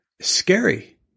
scary